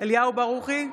אליהו ברוכי,